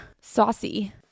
saucy